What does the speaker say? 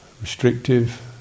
restrictive